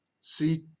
see